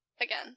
Again